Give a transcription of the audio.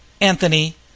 Anthony